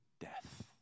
death